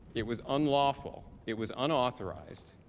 it was unlawful, it was unauthorized,